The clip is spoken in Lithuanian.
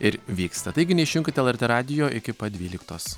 ir vyksta taigi neišjunkit lrt radijo iki pat dvyliktos